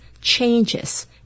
changes